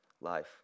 life